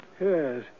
Yes